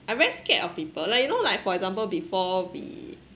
I very scared of people like you know like for example before we